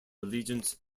allegiance